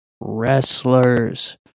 wrestlers